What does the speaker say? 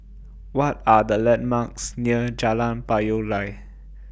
What Are The landmarks near Jalan Payoh Lai